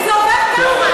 וזה עובר ככה.